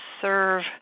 serve